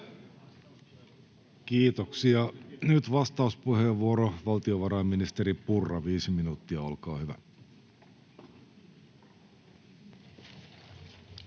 Kiitoksia. — Nyt vastauspuheenvuoro, valtiovarainministeri Purra, viisi minuuttia, olkaa hyvä.